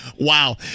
Wow